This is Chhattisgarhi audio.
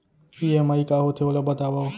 ई.एम.आई का होथे, ओला बतावव